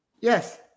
Yes